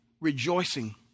rejoicing